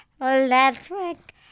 electric